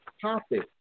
topic